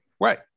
Right